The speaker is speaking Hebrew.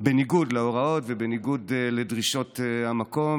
בניגוד להוראות ובניגוד לדרישות המקום.